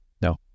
No